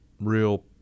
real